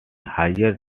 higher